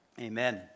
Amen